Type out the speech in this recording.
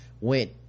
went